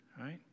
Right